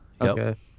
Okay